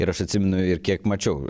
ir aš atsimenu ir kiek mačiau